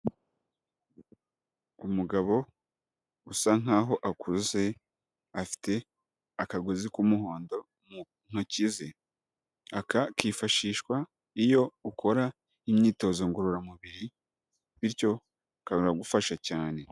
Umugabo usa nkaho akuze, afite akagozi k'umuhonda mu ntoki ze, aka kifashishwa iyo ukora imyitozo ngororamubiri bityo karagufasha cyane.